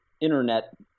internet